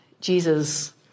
Jesus